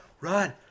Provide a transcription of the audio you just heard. Run